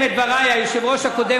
היושב-ראש,